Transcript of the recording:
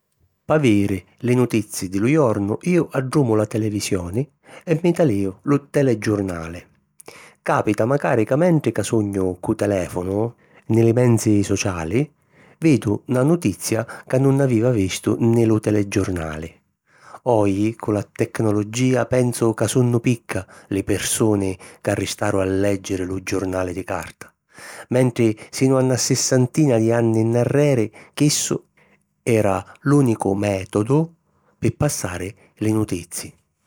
P'aviri li nutizi di lu jornu iu addumu la televisioni e mi talìu lu telegiurnali. Capita macari ca mentri ca sugnu cû telèfonu nni li menzi sociali, vidu na nutizia ca nun avìa vistu nni lu telegiurnali. Oji cu la tecnologìa pensu ca sunnu picca li pirsuni ca ristaru a lèggiri lu giurnali di carta, mentri sinu a na sissantina di anni nnarreri chissu èra l’ùnicu mètodu pi passari li nutizi.